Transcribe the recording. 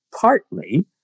partly